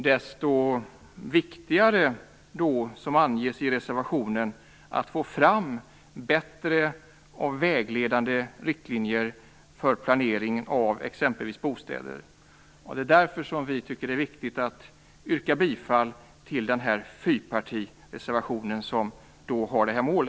Desto viktigare är det då, som anges i reservationen, att få fram bättre och vägledande riktlinjer för planeringen av exempelvis bostäder. Det är därför som vi tycker att det är viktigt att yrka bifall till fyrpartireservationen som har detta mål.